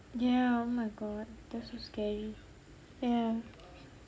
ya oh my god that's so scary ya